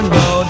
go